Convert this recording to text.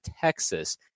Texas